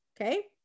Okay